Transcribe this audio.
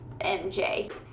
MJ